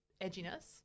edginess